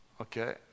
Okay